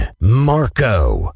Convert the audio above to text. Marco